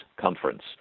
Conference